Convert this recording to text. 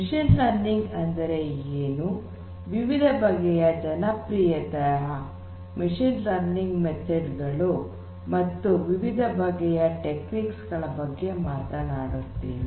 machine learning ಅಂದರೆ ಏನು ವಿವಿಧ ಬಗೆಯ ಜನಪ್ರಿಯತೆಯ ಮಷೀನ್ ಲರ್ನಿಂಗ್ ಮೆಥಡ್ ಗಳು ಮತ್ತು ವಿವಿಧ ಬಗೆಯ ತಂತ್ರಗಳ ಬಗ್ಗೆ ಮಾತನಾಡುತ್ತೇನೆ